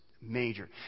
major